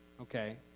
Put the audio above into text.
okay